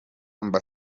amb